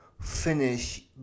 finish